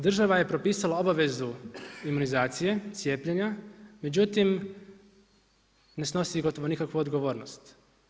Država je propisala obavezu imunizacije, cijepljenja, međutim ne snosi gotovo nikakvu odgovornost.